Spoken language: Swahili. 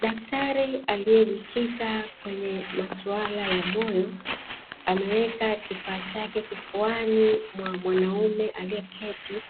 Daktari aliyejikita kwenye masuala ya moyo ameweka kifaa chake kifuani mwa mwanaume aliyeketi,